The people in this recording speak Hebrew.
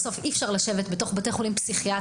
בסוף אי אפשר לשבת בתוך בתי חולים פסיכיאטריים.